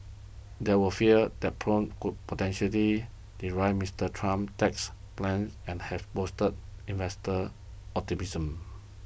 there were fears that probe could potentially derail Mister Trump's tax plans and have boosted investor optimism